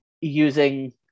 using